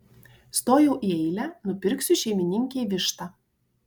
stojau į eilę nupirksiu šeimininkei vištą